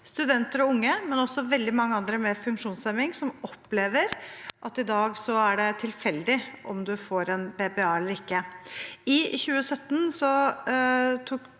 studenter og unge, men også veldig mange andre med funksjonshemming, som opplever at det i dag er tilfeldig om man får en BPA eller ikke. I 2017 tok